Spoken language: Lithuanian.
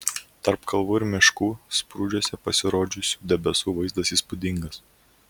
tarp kalvų ir miškų sprūdžiuose pasirodžiusių debesų vaizdas įspūdingas